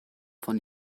von